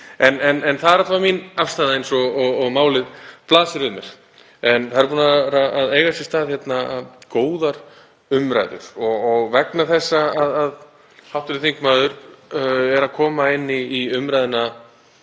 alla vega mín afstaða eins og málið blasir við mér. Það eru búnar að eiga sér stað hérna góðar umræður og vegna þess að hv. þingmaður er að koma inn í umræðuna